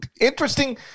interesting